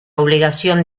obligación